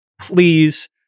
please